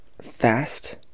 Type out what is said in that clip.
fast